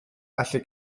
allu